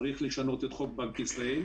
צריך לשנות את חוק בנק ישראל.